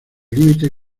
límite